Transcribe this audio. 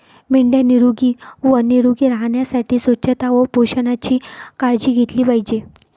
मेंढ्या निरोगी व निरोगी राहण्यासाठी स्वच्छता व पोषणाची काळजी घेतली पाहिजे